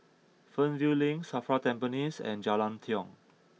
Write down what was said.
Fernvale Link Safra Tampines and Jalan Tiong